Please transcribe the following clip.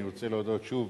אני רוצה להודות שוב